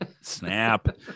Snap